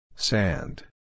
Sand